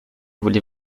voulez